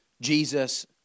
Jesus